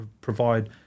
provide